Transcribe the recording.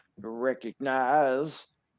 recognize